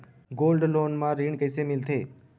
Gold loan म ऋण कइसे मिलथे?